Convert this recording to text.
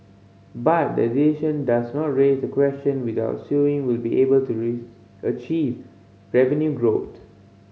but the decision does no raise the question whether Sewing will be able to achieve revenue growth